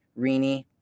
Rini